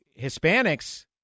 Hispanics